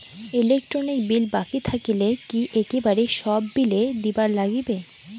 Electric bill বাকি থাকিলে কি একেবারে সব বিলে দিবার নাগিবে?